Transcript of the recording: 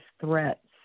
threats